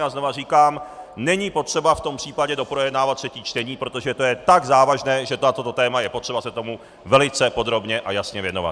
A znovu říkám, není potřeba v tom případě doprojednávat třetí čtení, protože to je tak závažné, že na toto téma je potřeba se tomu velice podrobně a jasně věnovat.